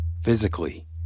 physically